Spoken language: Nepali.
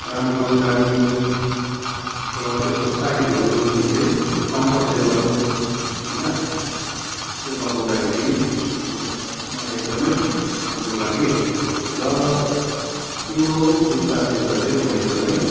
राम्रो दामी र त्यसको साइजहरू जुनचाहिँ कम्फर्ट लेभल होइन त्यो लगाउँदाखेरि म एक मलाई एकदमै राम्रो लागि र त्यो जुत्तासित चाहिँ म एकदमै